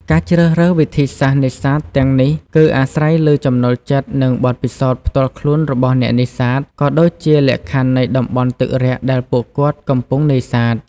ការជ្រើសរើសវិធីសាស្ត្រនេសាទទាំងនេះគឺអាស្រ័យលើចំណូលចិត្តនិងបទពិសោធន៍ផ្ទាល់ខ្លួនរបស់អ្នកនេសាទ ក៏ដូចជាលក្ខខណ្ឌនៃតំបន់ទឹករាក់ដែលពួកគាត់កំពុងនេសាទ។